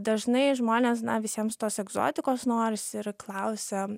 dažnai žmonės na visiems tos egzotikos norisi ir klausia